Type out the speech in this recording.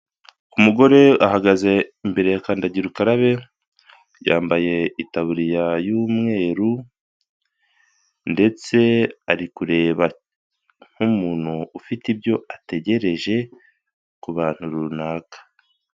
Umugore ahagaze imbere yakandagira ukarabe yambaye itaburiya y'umweru ndetse ari kureba nk'umuntu ufite ibyo ategereje ku bantu runaka.